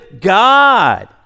God